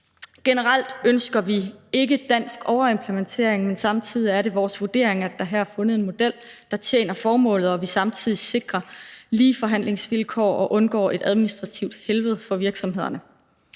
Generelt ønsker vi ikke dansk overimplementering, men samtidig er det vores vurdering, at der her er fundet en model, der tjener formålet, og at vi samtidig sikrer lige forhandlingsvilkår og undgår et administrativt helvede for virksomhederne.